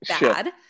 bad